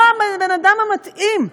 לא הבן-האדם המתאים,